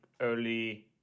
early